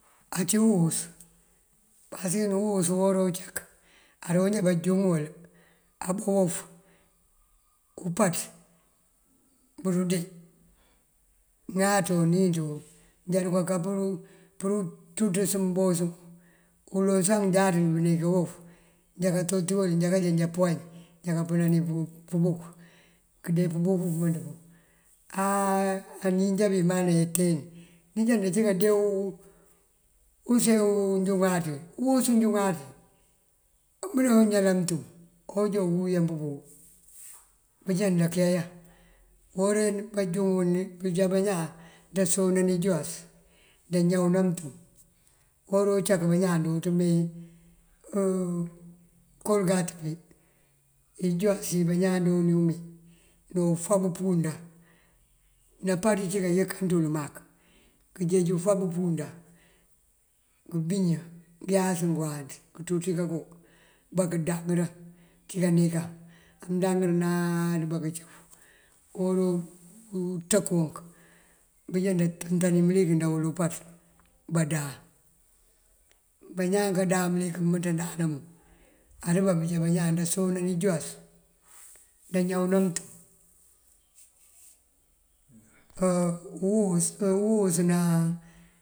Ací uwus pasëkin uwus uwora uncak aroonjá banjúŋul abá wof umpaţ burëndee ŋáaţo níinţo járuka ka pëduţúţës mbos. Uloŋ sá jáaţ bëndika wof njá katoti wël njá kanjá jáampuwañ, njá kapënani pëbunk këndee pëpunk pëmënţu pun. Áa anín njá eman eteen mënjá ndancí koondee uwu use unjúŋaţ wí uwus unjúŋaţ wí ajoo uñalan mëntum. Uwuyan pëmpumb bëjá ndankeyan uwora uwí panjúŋu wí nënjá bañaan ndasonan injúwas nëñawëna mëntum. Uwora uncak bañaan jooţ mee kolëgatën dí injúwas imbañaan doonu mee ní ufab pëwundu. Nampaţ cí kayëkan ţul mak, kënjeej ufab pëwunda këmbiñ ngëyas ngëwáanţ kënţú ţí kanko ambá këndaŋ cíka neenkan. Amëndaŋëlinaa aduba këncëf uworu wí unţënk unk bënjá ndantëntani mëlik ndawël umpaţ bandáan. Bañaan kadáan mëlik dëmënţandana mun adubá bunjá bañaan ndasona injúwas ndañaw mëntum uwësëna.